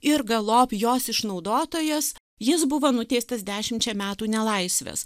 ir galop jos išnaudotojas jis buvo nuteistas dešimčia metų nelaisvės